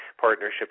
partnerships